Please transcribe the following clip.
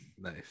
Nice